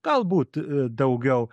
galbūt daugiau